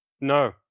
No